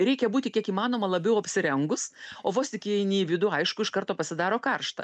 reikia būti kiek įmanoma labiau apsirengus o vos tik įeini į vidų aišku iš karto pasidaro karšta